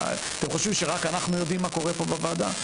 אתם חושבים שרק אנחנו יודעים מה קורה פה בוועדה?